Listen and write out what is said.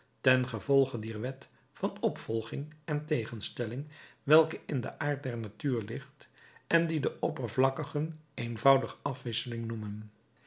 ten gevolge dier wet van opvolging en tegenstelling welke in den aard der natuur ligt en die de oppervlakkigen eenvoudig afwisseling noemen